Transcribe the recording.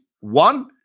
one